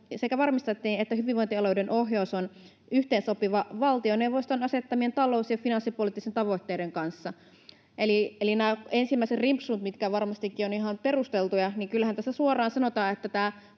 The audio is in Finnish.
sekä varmistettaisiin, että hyvinvointialueiden ohjaus on yhteensopivaa valtioneuvoston asettamien talous- ja finanssipoliittisten tavoitteiden kanssa”. Eli kyllähän näissä ensimmäisissä rimpsuissa, mitkä varmastikin ovat ihan perusteltuja, suoraan sanotaan, että